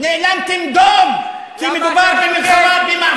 בגב, חבר הכנסת שמולי.